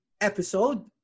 episode